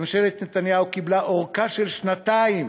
ממשלת נתניהו קיבלה ארכה של שנתיים